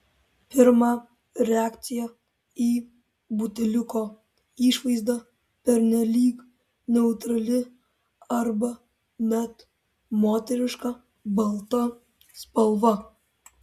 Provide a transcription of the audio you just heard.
pirma reakcija į buteliuko išvaizdą pernelyg neutrali arba net moteriška balta spalva